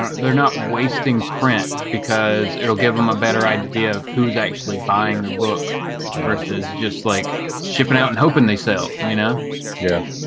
um they're not, wasting print because it'll give them a better idea of who's actually buying their book versus just like shipping out and hoping they sell you know yeah